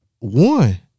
One